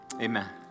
Amen